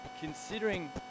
considering